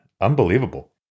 unbelievable